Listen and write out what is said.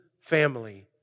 family